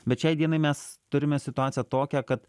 bet šiai dienai mes turime situaciją tokią kad